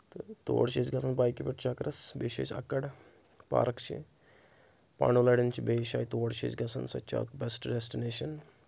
تہٕ تور چھِ أسۍ گژھان بایکہِ پؠٹھ چکرس بیٚیہِ چھِ أسۍ اَکڑ پارک چھِ پنٛڈو لڑؠن چھِ بییہِ جایہِ تور چھِ أسۍ گژھان سۄ تہِ چھِ اَکھ بؠسٹ ڈیسٹنیشَن